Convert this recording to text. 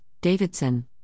Davidson